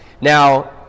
Now